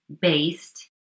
based